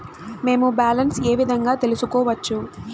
మేము బ్యాలెన్స్ ఏ విధంగా తెలుసుకోవచ్చు?